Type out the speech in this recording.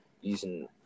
using